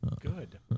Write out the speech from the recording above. Good